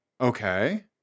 Okay